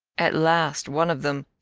at last one of them,